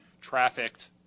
trafficked